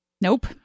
Nope